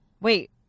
Wait